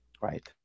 Right